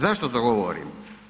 Zašto to govorim?